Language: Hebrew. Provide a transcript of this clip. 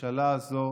שהממשלה הזו